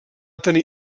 tenir